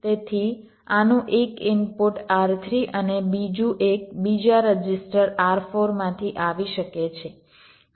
તેથી આનું એક ઇનપુટ R3 અને બીજું એક બીજા રજીસ્ટર R4 માંથી આવી શકે છે